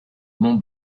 mont